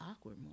awkward